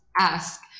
ask